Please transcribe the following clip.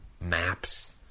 Maps